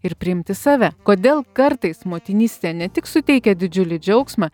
ir priimti save kodėl kartais motinystė ne tik suteikia didžiulį džiaugsmą